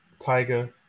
Tiger